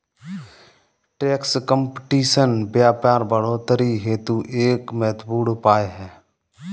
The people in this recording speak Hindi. टैक्स कंपटीशन व्यापार बढ़ोतरी हेतु एक महत्वपूर्ण उपाय है